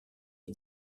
les